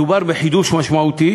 מדובר בחידוש משמעותי,